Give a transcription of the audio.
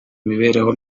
imibereho